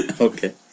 Okay